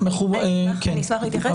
אני אשמח להתייחס.